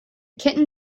kitten